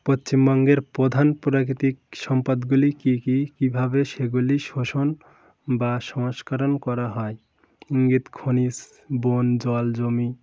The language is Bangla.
পশ্চিমবঙ্গের প্রধান প্রাকৃতিক সম্পদগুলি কী কী কীভাবে সেগুলি শোষণ বা সংস্করণ করা হয় ইঙ্গিত খনিজ বন জল জমি